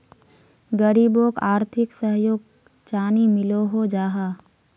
गरीबोक आर्थिक सहयोग चानी मिलोहो जाहा?